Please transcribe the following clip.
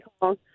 call